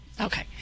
Okay